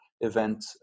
event